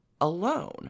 alone